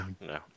No